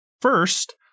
First